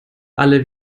alle